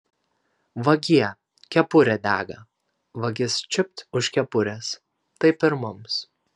vagie kepurė dega vagis čiupt už kepurės taip ir mums